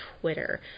twitter